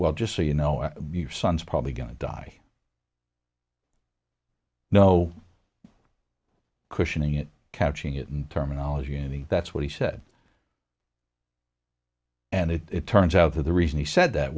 well just so you know your son's probably going to die no cushioning it catching it in terminology any that's what he said and it turns out that the reason he said that